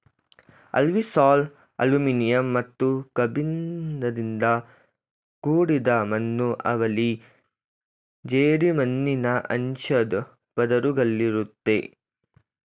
alfisol aluminium ಮತ್ತು ಕಬ್ಬಿಣದಿಂದ ಕೂಡಿದ ಮಣ್ಣು ಅವಲ್ಲಿ ಜೇಡಿಮಣ್ಣಿನ ಅಂಶದ್ ಪದರುಗಳಿರುತ್ವೆ